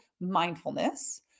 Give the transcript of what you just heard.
mindfulness